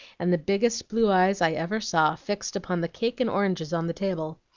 and the biggest blue eyes i ever saw fixed upon the cake and oranges on the table.